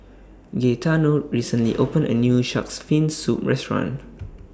Gaetano recently opened A New Shark's Fin Soup Restaurant